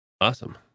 awesome